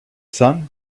sun